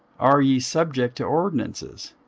are ye subject to ordinances,